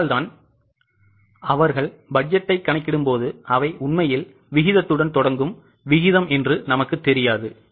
அதனால்தான் அவர்கள் பட்ஜெட்டைக் கணக்கிடும்போது அவை உண்மையில் விகிதத்துடன் தொடங்கும் விகிதம் நமக்குத் தெரியாது